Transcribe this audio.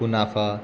मुनाफा